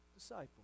disciple